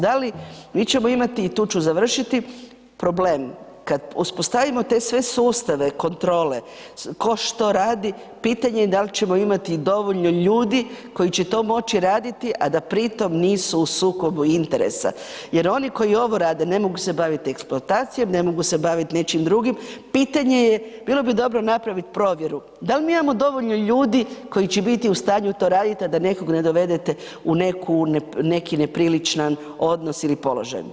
Da li mi ćemo imati i tu ću završiti, problem kad uspostavimo te sve sustave kontrole, ko što radi, pitanje da li ćemo imati i dovoljno ljudi koji će to moći raditi a da pritom nisu u sukobu interesa jer oni koji ovo rade ne mogu se baviti eksploatacijom, ne mogu se baviti nečim drugim, pitanje je, bilo bi dobro napraviti provjeru da li mi imamo dovoljno ljudi koji će biti u stanju to radit a da nekog ne dovedete u neki nepriličan odnos ili položaj.